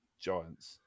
giants